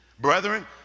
brethren